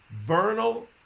vernal